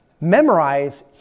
memorize